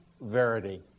verity